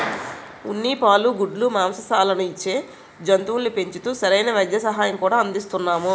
ఉన్ని, పాలు, గుడ్లు, మాంససాలను ఇచ్చే జంతువుల్ని పెంచుతూ సరైన వైద్య సహాయం కూడా అందిస్తున్నాము